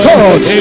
God